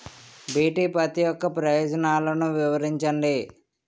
BT పత్తి యొక్క ప్రయోజనాలను వివరించండి?